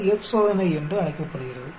அது F சோதனை என்று அழைக்கப்படுகிறது